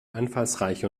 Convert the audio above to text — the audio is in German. einfallsreiche